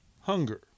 Hunger